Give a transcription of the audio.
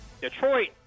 Detroit